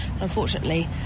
Unfortunately